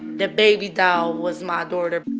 the baby doll was my daughter